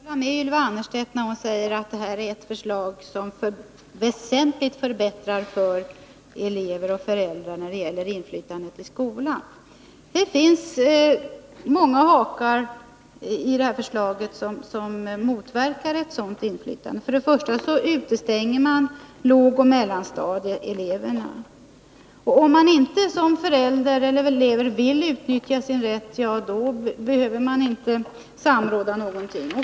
Herr talman! Jag kan inte hålla med Ylva Annerstedt när hon säger att det . här förslaget väsentligt förbättrar för elever och föräldrar när det gäller inflytandet i skolan. Det finns många hakar i förslaget som motverkar ett sådant inflytande. För det första utestänger man lågoch mellanstadieeleverna från samrådet. För det andra behöver skolan inte samråda om inte elever eller föräldrar vill utnyttja sin rätt.